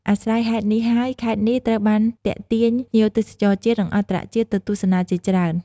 អាស្រ័យហេតុនេះហើយ ខេត្តនេះត្រូវបានទាក់ទាញភ្ញៀវទេសចរជាតិ និងអន្តរជាតិទៅទស្សនាជាច្រើន។